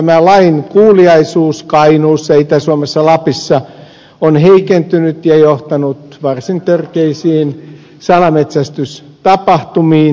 tämä lainkuuliaisuus kainuussa itä suomessa lapissa on heikentynyt ja johtanut varsin törkeisiin salametsästystapahtumiin